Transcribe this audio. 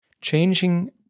Changing